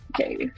Okay